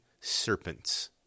serpents